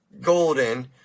Golden